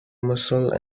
muscle